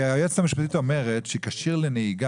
היועצת המשפטית אומרת שכשיר לנהיגה,